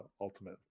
ultimate